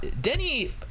Denny